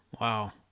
Wow